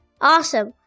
Awesome